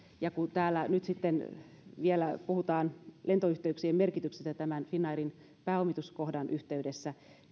kun täällä nyt sitten vielä puhutaan lentoyhteyksien merkityksestä tämän finnairin pääomituskohdan yhteydessä